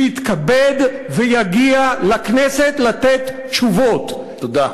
שיתכבד ויגיע לכנסת לתת תשובות, תודה.